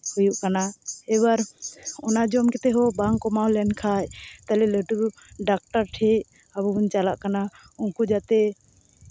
ᱦᱩᱭᱩᱜ ᱠᱟᱱᱟ ᱮᱵᱟᱨ ᱚᱱᱟ ᱡᱚᱢ ᱠᱟᱛᱮᱫ ᱦᱚᱸ ᱵᱟᱝ ᱠᱚᱢᱟᱣ ᱞᱮᱱᱠᱷᱟᱱ ᱛᱟᱦᱞᱮ ᱞᱟᱹᱴᱩ ᱰᱟᱠᱛᱟᱨ ᱴᱷᱮᱱ ᱟᱵᱚ ᱵᱚᱱ ᱪᱟᱞᱟᱜ ᱠᱟᱱᱟ ᱩᱱᱠᱩ ᱡᱟᱛᱮ